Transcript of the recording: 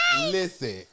Listen